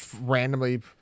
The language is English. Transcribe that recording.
randomly